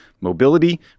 Mobility